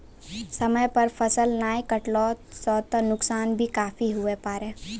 समय पर फसल नाय कटला सॅ त नुकसान भी काफी हुए पारै